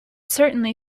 certainly